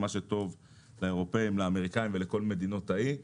מה שטוב לאירופאים, לאמריקאים ולכל מדינות האי,